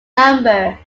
number